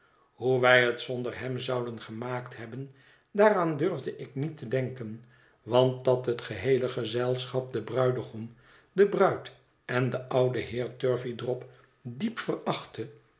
hoe wij het zonder hem zouden gemaakt hebben daaraan durfde ik niet denken want dat het geheele gezelschap den bruidegom de bruid en den ouden heer turveydrop diep verachtte